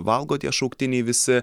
valgo tie šauktiniai visi